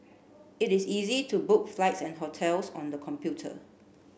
it is easy to book flights and hotels on the computer